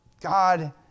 God